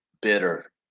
bitter